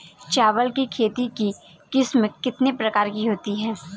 चावल की खेती की किस्में कितने प्रकार की होती हैं?